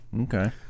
Okay